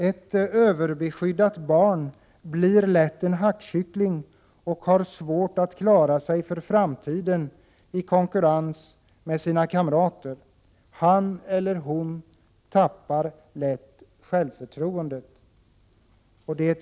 Ett överbeskyddat barn blir lätt hackkyckling och har svårt att klara sig i framtiden i konkurrens med sina kamrater. Han eller hon tappar lätt självförtroendet.